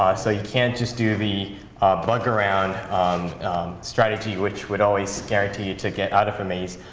um so you can't just do the bug around strategy, which would always guarantee you to get out of a maze.